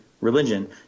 religion